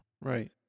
Right